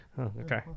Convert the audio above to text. Okay